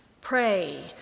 pray